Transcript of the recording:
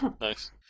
Nice